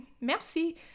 merci